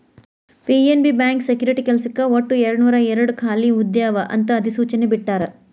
PNB bank security ಕೆಲ್ಸಕ್ಕ ಒಟ್ಟು ಎರಡನೂರಾಯೇರಡ್ ಖಾಲಿ ಹುದ್ದೆ ಅವ ಅಂತ ಅಧಿಸೂಚನೆ ಬಿಟ್ಟಾರ